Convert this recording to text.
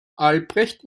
albrecht